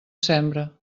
sembre